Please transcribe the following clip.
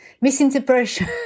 Misinterpretation